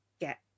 get